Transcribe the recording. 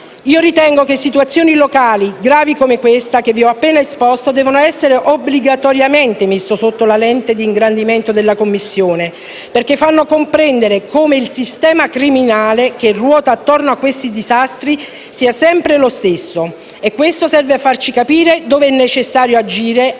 Ritengo che situazioni locali gravi come questa che vi ho appena esposto debbano essere obbligatoriamente messe sotto la lente di ingrandimento della Commissione, perché fanno comprendere come il sistema criminale che ruota attorno a questi disastri sia sempre lo stesso. Questo serve a farci capire dove è necessario agire a livello